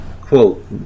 quote